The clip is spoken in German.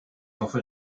hoffe